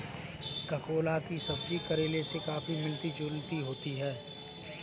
ककोला की सब्जी करेले से काफी मिलती जुलती होती है